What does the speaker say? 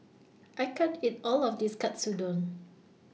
I can't eat All of This Katsudon